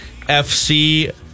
FC